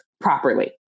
properly